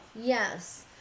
Yes